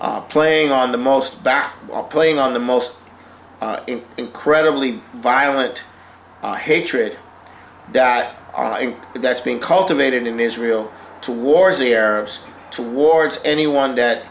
it playing on the most back playing on the most incredibly violent hatred that that's being cultivated in israel towards the arabs towards anyone